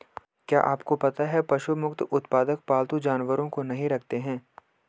क्या आपको पता है पशु मुक्त उत्पादक पालतू जानवरों को नहीं रखते हैं?